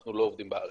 אנחנו לא עובדים בארץ.